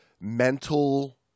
mental